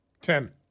Ten